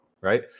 right